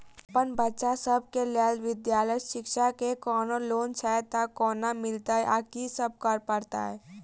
अप्पन बच्चा सब केँ लैल विधालय शिक्षा केँ कोनों लोन छैय तऽ कोना मिलतय आ की सब करै पड़तय